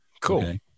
cool